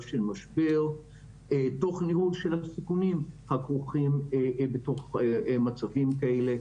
של משבר תוך ניהול של הסיכונים הכרוכים במצבים כאלה.